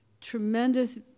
tremendous